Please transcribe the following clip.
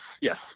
yes